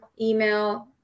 email